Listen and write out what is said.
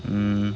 mm